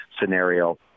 scenario